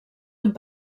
amb